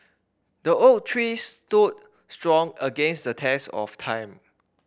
the oak tree stood strong against the test of time